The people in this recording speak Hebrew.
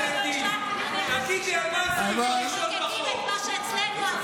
מחוקקים את מה שאצלנו,